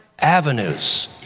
avenues